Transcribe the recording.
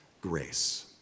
grace